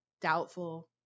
Doubtful